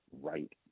right